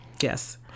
Yes